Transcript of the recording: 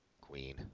Queen